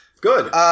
Good